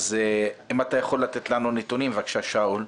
אם אתה יכול לתת לנו נתונים, בבקשה, שאול,